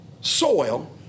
soil